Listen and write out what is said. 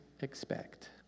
expect